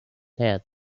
head